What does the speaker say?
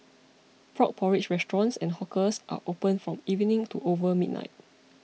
frog porridge restaurants and hawkers are opened from evening to over midnight